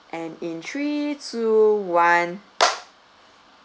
and in three two one